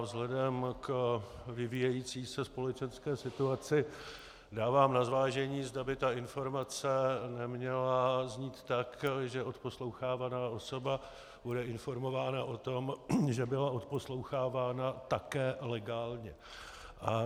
Vzhledem k vyvíjející se společenské situaci dávám na zvážení, zda by ta informace neměla znít tak, že odposlouchávaná osoba bude informována o tom, že byla odposlouchávána také legálně.